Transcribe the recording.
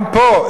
גם פה,